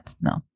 No